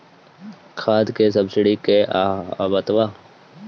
खाद के सबसिडी क हा आवत बा?